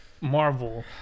marvel